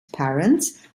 parents